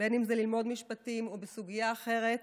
אם זה ללמוד משפטים או בסוגיה אחרת,